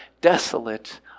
desolate